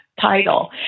title